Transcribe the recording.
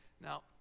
Now